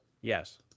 Yes